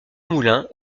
moulins